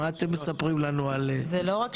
מה אתם מספרים לנו על חיות?